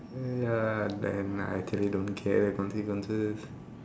uh ya then I actually don't care the consequences